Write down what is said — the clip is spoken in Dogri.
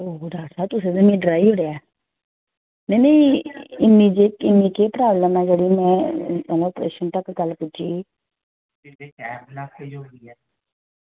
ओह् डॉक्टर साहब तुसें मिगी ते डराई गै ओड़ेआ ते नेईं नेईं इन्नी केह् प्रॉब्लम ऐ जेह्ड़ी प्रेशन तगर पुज्जी